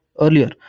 earlier